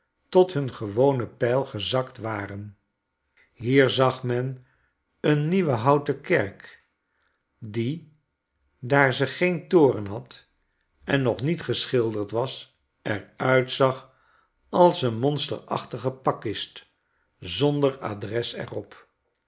tot hun gewone peil gezakt waren hier zag men een nieuwe houten kerk die daar ze geen toren had en nog niet geschilderd was er uitzag als een monsterachtige pakkist zonder adres er